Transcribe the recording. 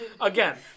again